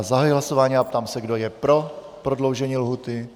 Zahajuji hlasování a ptám se, kdo je pro prodloužení lhůty.